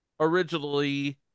originally